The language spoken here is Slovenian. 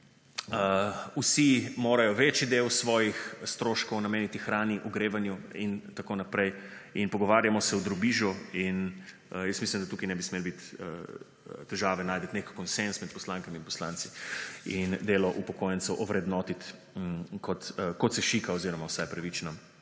vsi morajo večidel svojih stroškov nameniti hrani, ogrevanju in tako naprej. In pogovarjamo se o drobižu in jaz mislim, da tukaj nebi smelo biti težave najti nek konsenz med poslankami in poslanci in delo upokojencev ovrednotiti kot se šika oziroma vsaj pravično